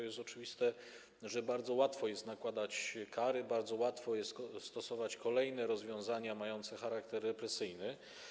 Jest to oczywiste, że bardzo łatwo jest nakładać kary, bardzo łatwo jest stosować kolejne rozwiązania mające charakter represyjny.